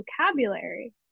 vocabulary